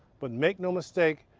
but make no mistake,